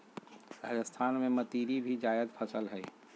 राजस्थान में मतीरी भी जायद फसल हइ